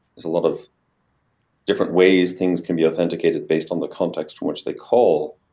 there's a lot of different ways things can be authenticated based on the context from which they call.